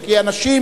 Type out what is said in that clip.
כי אנשים,